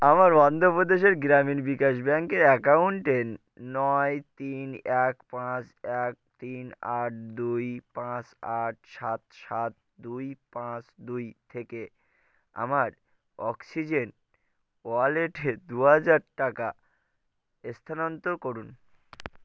আমার অন্ধ্রপ্রদেশের গ্রামীণ বিকাশ ব্যাঙ্কের অ্যাকাউন্টে নয় তিন এক পাঁচ এক তিন আট দুই পাঁচ আট সাত সাত দুই পাঁচ দুই থেকে আমার অক্সিজেন ওয়ালেটে দু হাজার টাকা স্থানান্তর করুন